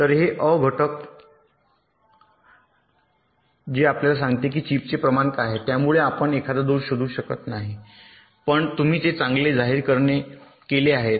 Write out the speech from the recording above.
तर हे अ घटक जे आपल्याला सांगते की चिपचे प्रमाण काय आहे ज्यामुळे आपण एखादा दोष शोधू शकत नाही पण तुम्ही ते चांगले जाहीर केले आहे